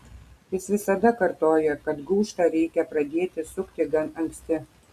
jis visada kartojo kad gūžtą reikia pradėti sukti gan anksti